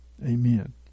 Amen